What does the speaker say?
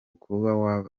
kuba